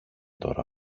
τώρα